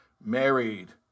Married